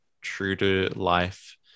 true-to-life